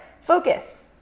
Focus